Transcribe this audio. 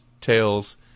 tales